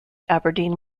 aberdeen